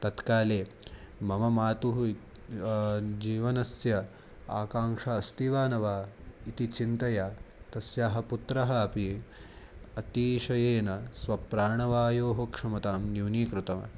तत्काले मम मातुः जीवनस्य आकाङ्क्षा अस्ति वा न वा इति चिन्तया तस्याः पुत्रः अपि अतिशयेन स्वप्राणवायोः क्षमतां न्यूनीकृतवान्